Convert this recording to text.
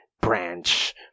branch